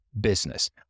business